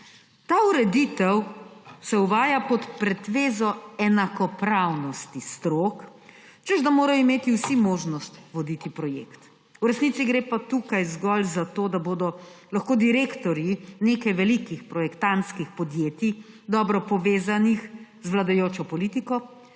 Ta ureditev se uvaja pod pretvezo enakopravnosti strok, češ da morajo imeti vsi možnost voditi projekt. V resnici gre pa tukaj zgolj za to, da bodo lahko direktorji nekaj velikih projektantskih podjetij, dobro povezanih z vladajočo politiko,